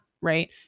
Right